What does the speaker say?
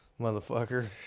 motherfucker